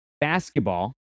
basketball